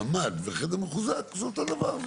שממ"ד וחדר מחוזק זה אותו דבר,